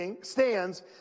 stands